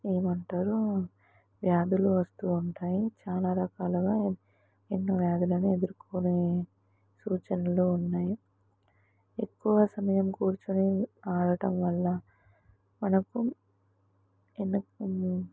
ఏమంటారు వ్యాధులు వస్తూ ఉంటాయి చాలా రకాలుగా ఎన్నో వ్యాధులను ఎదుర్కొనే సూచనలు ఉన్నాయి ఎక్కువ సమయం కూర్చుని ఆడటం వల్ల మనకు అన్ని